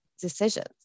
decisions